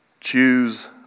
choose